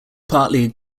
partly